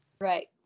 Right